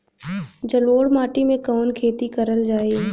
जलोढ़ माटी में कवन खेती करल जाई?